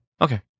Okay